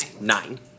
Nine